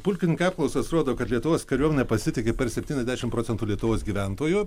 pulkininke apklausos rodo kad lietuvos kariuomene pasitiki per septyniasdešim procentų lietuvos gyventojų